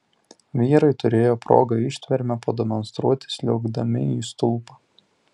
vyrai turėjo progą ištvermę pademonstruoti sliuogdami į stulpą